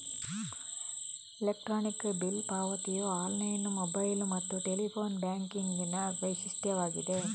electronic bill ಪಾವತಿಯು online, mobile ಮತ್ತು telephone ಬ್ಯಾಂಕಿಂಗಿನ ವೈಶಿಷ್ಟ್ಯವಾಗಿದೆ